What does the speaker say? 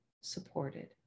supported